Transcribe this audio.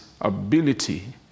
ability